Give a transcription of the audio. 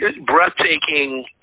Breathtaking